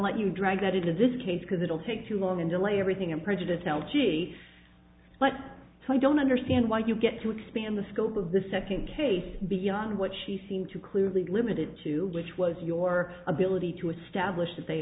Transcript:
let you drag that into this case because it'll take too long and delay everything and president algae but i don't understand why you get to expand the scope of the second case beyond what she seemed to clearly limited to which was your ability to establish that they